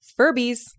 Furbies